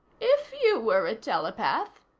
if you were a telepath,